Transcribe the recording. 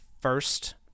first